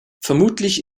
vermutlich